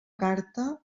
carta